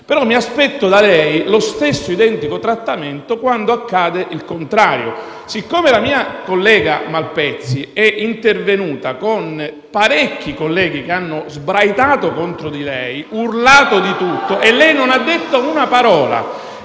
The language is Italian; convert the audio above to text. Però, mi aspetto da lei lo stesso identico trattamento quando accade il contrario. Siccome la mia collega Malpezzi è intervenuta con parecchi colleghi che hanno sbraitato contro di lei e urlato di tutto e lei non ha detto una parola,